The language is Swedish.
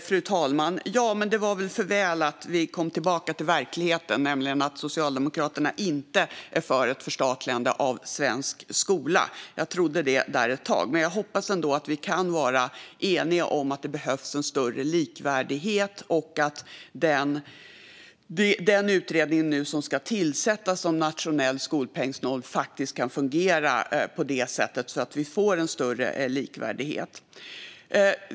Fru talman! Det var för väl att vi kom tillbaka till verkligheten, nämligen att Socialdemokraterna inte är för ett förstatligande av svensk skola. Jag trodde det ett tag. Jag hoppas ändå att vi kan vara eniga om att det behövs en större likvärdighet och att den utredning som ska tillsättas om en nationell skolpengsnorm kan fungera på det sättet så att det blir större likvärdighet.